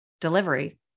delivery